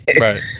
Right